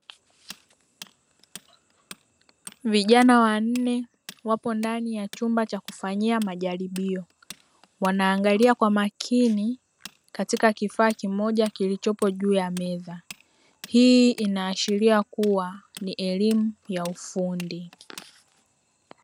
Vijana wanne wapo ndani ya chumba cha kufanyia majaribio. Wanaangalia kwa makini katika kifaa kimoja kilichopo juu ya meza. Hii inaashiria kuwa ni elimu ya ufundi.